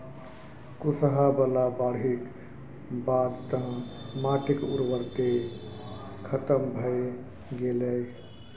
कुसहा बला बाढ़िक बाद तँ माटिक उर्वरते खतम भए गेलै